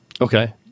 Okay